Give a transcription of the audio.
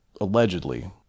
Allegedly